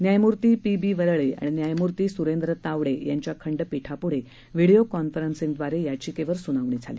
न्यायमूर्ती P B Varale आणि न्यायमूर्ती स्रेन्द्र तावडे यांच्या खंडपीठाप्ढं व्हिडीओ कौन्फरन्सिंगद्वारे याचिकेवर स्नावणी झाली